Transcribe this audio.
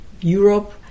Europe